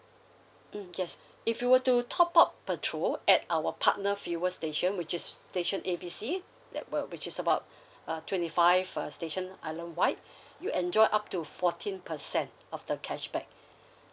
mm yes if you were to top up petrol at our partner fuel station which is station A B C that we're which is about uh twenty five uh station island wide you enjoy up to fourteen percent of the cashback